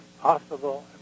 possible